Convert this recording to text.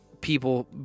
people